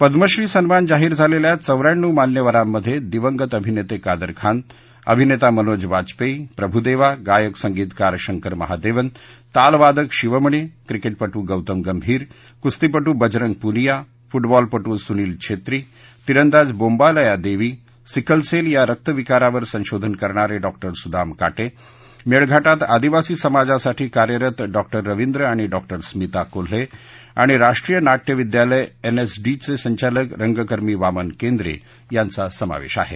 पद्मश्री सन्मान जाहीर झालेल्या चौऱ्याण्णव मान्यवरांमध्ये दिवंगत अभिनेता कादर खान अभिनेता मनोज वाजपेयी प्रभ्देवा गायक संगीतकार शंकर महादेवन तालवादक शिवमणी क्रिकेटपटू गौतम गंभीर कुस्तीपटू बजरंग पुनिया फुटबॉलपटू सुनील छेत्री तीरंदाज बोंबायला देवी सिकल सेल या रक्तविकारावर संशोधन करणारे डॉ सुदाम काटे मेळघाटात आदिवासी समाजासाठी कार्यरत डॉ रवींद्र आणि डॉ स्मिता कोल्हे आणि राष्ट्रीय नाट्य विद्यालय एनएसडीचे संचालक रंगकर्मी वामन केंद्रे यांचा समावेश आहे